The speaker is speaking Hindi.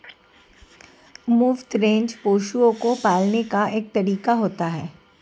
मुफ्त रेंज पशुओं को पालने का एक तरीका है